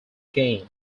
again